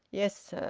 yes, sir.